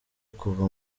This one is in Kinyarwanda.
kuva